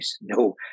No